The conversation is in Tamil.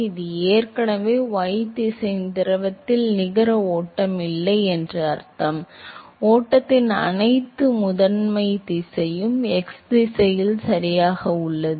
இது ஏற்கனவே y திசையில் திரவத்தின் நிகர ஓட்டம் இல்லை என்று அர்த்தம் ஓட்டத்தின் அனைத்து முதன்மை திசையும் x திசையில் சரியாக உள்ளது